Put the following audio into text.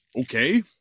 okay